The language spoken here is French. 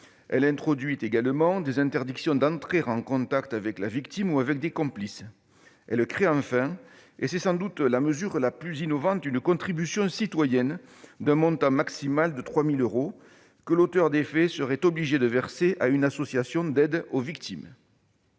Elle introduit également des interdictions d'entrer en contact avec la victime ou avec des complices. Elle crée enfin- c'est sans doute la mesure la plus innovante -une contribution citoyenne, d'un montant maximal de 3 000 euros, que l'auteur des faits serait obligé de verser à une association d'aide aux victimes.